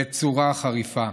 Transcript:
בצורה חריפה.